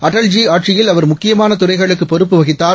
அடல்ஜிஆட்சியில்அவர்முக்கியமானதுறைகளுக்குபொறுப்பு வகித்தார்